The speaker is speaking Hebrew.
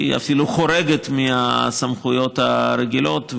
שאפילו חורגת מהסמכויות הרגילות,